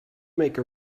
make